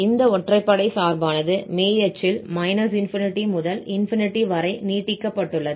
இந்த ஒற்றைப்படை சார்பானது மெய் அச்சில் ∞ முதல் நீட்டிக்கப்பட்டுள்ளது